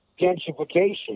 gentrification